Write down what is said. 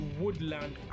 woodland